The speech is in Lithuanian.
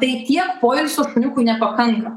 tai tiek poilsio šuniukui nepakanka